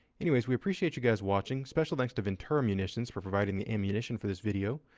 anyways, we appreciate you guys watching. special thanks to ventura munitions for providing the ammunition for this video.